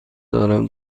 دارم